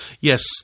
Yes